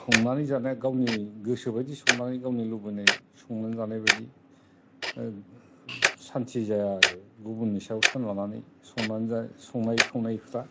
संनानै जानाया गावनि गोसो बायदि संनानै गावनि लुबैनाय संनानै जानाय बायदि सान्थि जाया आरो गुबुननि सायाव सोनारनानै संनानै संनाय खावनायफ्रा